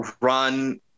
run